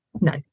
no